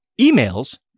emails